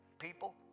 People